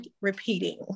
repeating